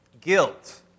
guilt